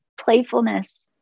playfulness